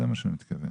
לזה אני מתכוון.